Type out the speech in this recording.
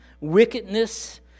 wickedness